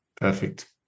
Perfect